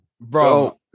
bro